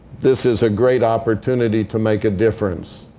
this is a great opportunity to make a difference.